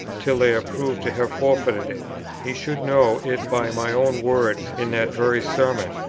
till they are proved to have forfeited it he should know it by my own words in that very sermon,